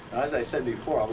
as i said before, um